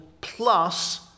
plus